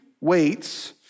waits